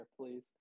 please